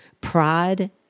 Pride